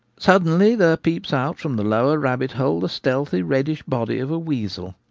suddenly there peeps out from the lower rabbit hole the stealthy reddish body of a weasel.